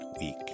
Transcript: week